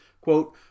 quote